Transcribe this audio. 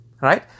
Right